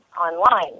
online